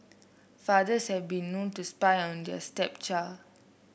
fathers have been known to spy on their stepchild